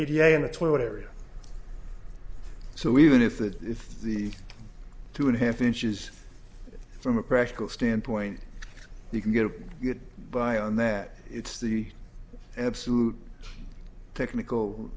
a in the toilet area so even if that is the two and a half inches from a practical standpoint you can get by on that it's the absolute technical